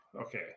Okay